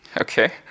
Okay